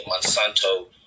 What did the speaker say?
Monsanto